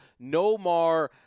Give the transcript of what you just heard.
Nomar